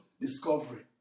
discovery